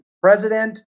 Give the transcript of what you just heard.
president